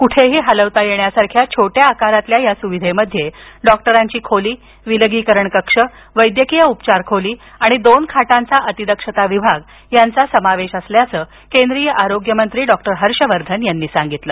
कोठेही हलवता येण्यासारख्या छोट्या आकारातील या सुविधेमध्ये डॉक्टरांची खोली विलगीकरण कक्ष वैद्यकीय उपचार खोली आणि दोन खाटांचा अतिदक्षता विभाग यांचा समावेश असल्याचं केंद्रीय आरोग्य मंत्री हर्षवर्धन यांनी सांगितलं